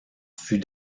fut